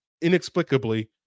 inexplicably